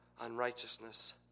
unrighteousness